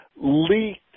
leaked